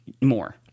more